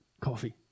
coffee